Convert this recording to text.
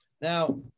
Now